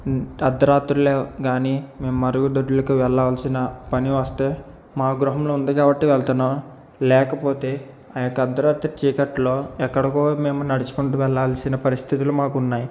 అర్ధరాత్రిలో గానీ మేము మరుగుదొడ్లకు వెళ్ళాల్సిన పని వస్తే మా గృహంలో ఉంది కాబట్టి వెళ్తున్నాం లేకపోతే ఆ యొక్క అర్ధరాత్రి చీకట్లో ఎక్కడికో మేము నడుచుకుంటూ వెళ్లాల్సిన పరిస్థితులు మాకున్నాయి